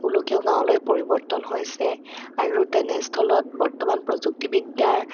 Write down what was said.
গোলকীয় গাঁৱলৈ পৰিৱৰ্তন হৈছে আৰু তেনেস্থলত বৰ্তমান প্ৰযুক্তিবিদ্যাৰ